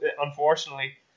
unfortunately